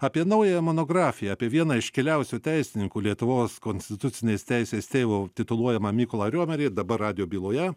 apie naująją monografiją apie vieną iškiliausių teisininkų lietuvos konstitucinės teisės tėvu tituluojamą mykolą riomerį dabar radijo byloje